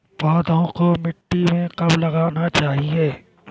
पौधों को मिट्टी में कब लगाना चाहिए?